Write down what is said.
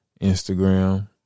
Instagram